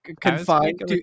confined